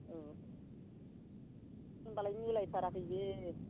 औ होनबालाय मिलायथाराखै बियो